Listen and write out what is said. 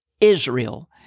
Israel